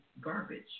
garbage